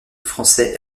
français